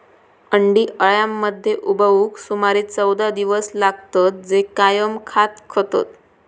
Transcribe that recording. अंडी अळ्यांमध्ये उबवूक सुमारे चौदा दिवस लागतत, जे कायम खात रवतत